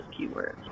keywords